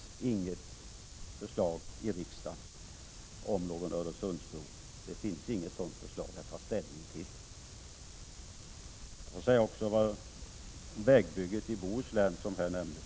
Planerna på ett sådant vägbygge har kommit till efter demokratiskt fattade beslut. I detta speciella fall gick det inte att utnyttja järnvägstransporter ifrån fabriken och anläggningen som har nämnts i detta sammanhang.